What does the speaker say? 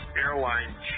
Airline